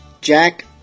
Jack